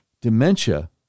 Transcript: dementia